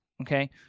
Okay